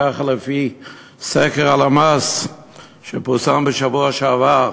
כך לפי סקר הלמ"ס שפורסם בשבוע שעבר.